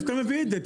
מביא את זה?